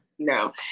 no